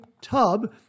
tub